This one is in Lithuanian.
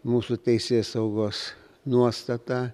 mūsų teisėsaugos nuostata